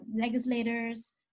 legislators